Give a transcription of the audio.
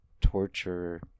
torture